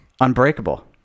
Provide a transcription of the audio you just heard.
Unbreakable